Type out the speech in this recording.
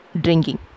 drinking